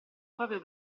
proprio